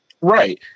right